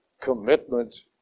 commitment